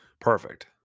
perfect